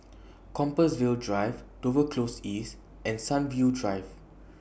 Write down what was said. Compassvale Drive Dover Close East and Sunview Drive